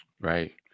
Right